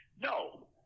No